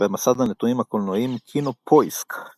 במסד הנתונים הקולנועיים KinoPoisk ==